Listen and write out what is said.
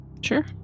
sure